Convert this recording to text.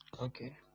Okay